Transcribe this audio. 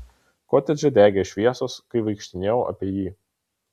kotedže degė šviesos kai vaikštinėjau apie jį